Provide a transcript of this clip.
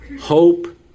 hope